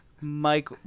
Mike